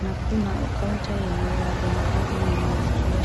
Na kuna kaunta yenye wafanyikazi nyuma ya kioo.